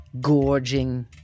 gorging